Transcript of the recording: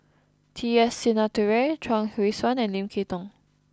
T S Sinnathuray Chuang Hui Tsuan and Lim Kay Tong